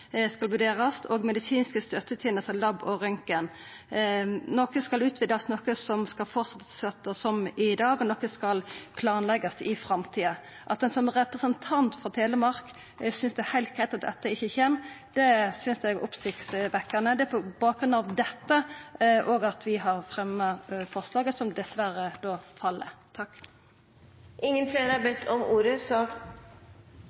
skal vurderast, og medisinske støttetenester, lab og røntgen. Noko skal utvidast, noko skal fortsetja som i dag, og noko skal planleggjast i framtida. At ein som representant frå Telemark synest det er heilt greitt at dette ikkje kjem, synest eg er oppsiktsvekkjande. Det er på bakgrunn av dette at vi har fremja forslaget, som da dessverre